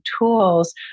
tools